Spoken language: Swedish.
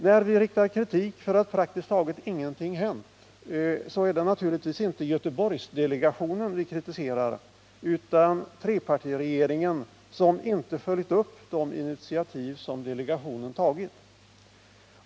När vi riktar kritik mot att praktiskt taget ingenting hänt är det naturligtvis inte Göteborgsdelegationen vi kritiserar utan trepartiregeringen, som inte följt upp de initiativ som delegationen tagit.